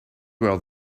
where